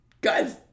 guys—